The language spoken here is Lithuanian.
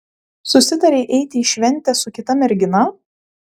susitarei eiti į šventę su kita mergina